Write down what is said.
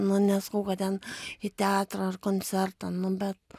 nu nesakau kad ten į teatrą ar koncertą nu bet